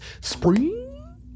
spring